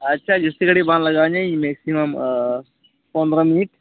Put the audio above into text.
ᱟᱪᱪᱷᱟ ᱡᱟᱹᱥᱛᱤ ᱜᱷᱟᱲᱤᱡ ᱵᱟᱝ ᱞᱟᱜᱟᱣ ᱤᱧᱟᱹᱤᱧ ᱢᱮᱠᱥᱤᱢᱟᱢ ᱯᱚᱱᱫᱨᱚ ᱢᱤᱱᱤᱴ